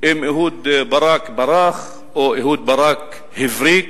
אם אהוד ברק ברח או אהוד ברק הבריק.